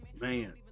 man